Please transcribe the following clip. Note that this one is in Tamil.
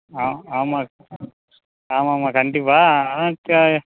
ஆ ஆமாம் ஆமாம்மா கண்டிப்பாக ஆனால்